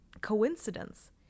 coincidence